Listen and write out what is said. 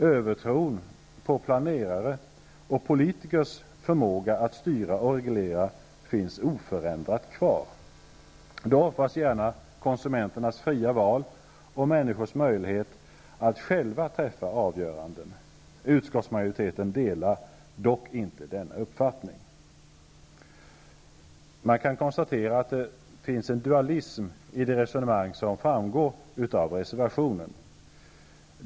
Övertron på planerares och politikers förmåga att styra och reglera finns oförändrat kvar. Då offras gärna konsumenternas fria val och människornas möjlighet att själva träffa avgöranden. Utskottsmajoriteten delar dock inte denna uppfattning. Man kan konstatera att det finns en dualism i det resonemang som förs i reservationen.